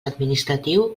administratiu